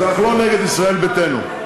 אז אנחנו לא נגד ישראל ביתנו.